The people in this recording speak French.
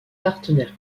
partenaire